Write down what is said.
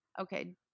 Okay